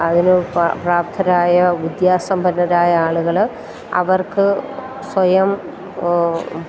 അതിന് പ്രാപ്തരായ വിദ്യാസമ്പന്നരായ ആളുകൾ അവർക്ക് സ്വയം